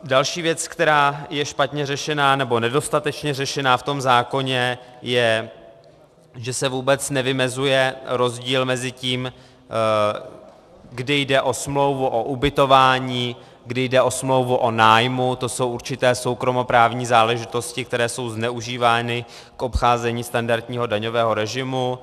Další věc, která je špatně nebo nedostatečně řešena v tom zákoně, je, že se vůbec nevymezuje rozdíl mezi tím, kdy jde o smlouvu o ubytování, kdy jde o smlouvu o nájmu, to jsou určité soukromoprávní záležitosti, které jsou zneužívány k obcházení standardního daňového režimu.